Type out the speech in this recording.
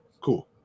cool